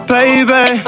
Baby